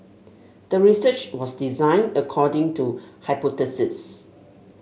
the research was designed according to hypothesis